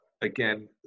again